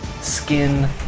skin